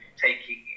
taking